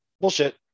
Bullshit